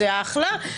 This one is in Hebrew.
זה אחלה,